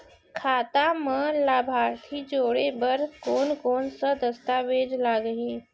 खाता म लाभार्थी जोड़े बर कोन कोन स दस्तावेज लागही?